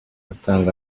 atangwa